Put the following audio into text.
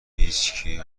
هیچکی